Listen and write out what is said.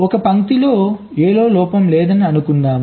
ఒక పంక్తిలో A లో లోపం లేదని అనుకుందాం